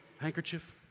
handkerchief